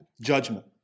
judgment